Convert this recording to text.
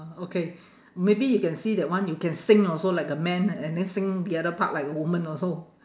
uh okay maybe you can see that one you can sing also like a man and and then sing the other part like a woman also